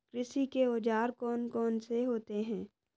कृषि के औजार कौन कौन से होते हैं?